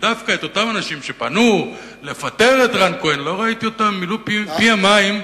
ודווקא אותם אנשים שפנו לפטר את רם כהן מילאו פיהם מים